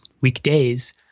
weekdays